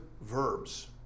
verbs